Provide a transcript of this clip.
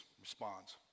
responds